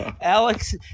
Alex